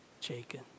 Jacob